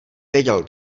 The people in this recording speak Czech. věděl